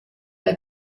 der